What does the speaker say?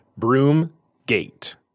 Broomgate